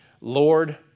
Lord